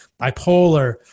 bipolar